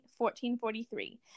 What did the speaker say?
1443